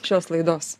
šios laidos